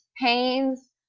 pains